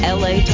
la